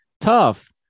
tough